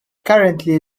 currently